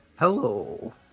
Hello